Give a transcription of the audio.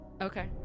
Okay